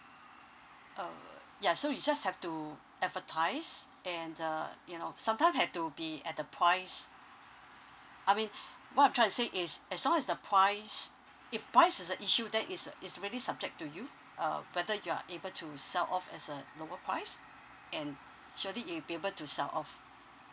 err ya so you just have to advertise and uh you know sometime have to be at the price I mean what I'm trying to say is as long as the price if price is a issue then is is really subject to you uh whether you're able to resell off as a lower price and surely it'll be able to sell off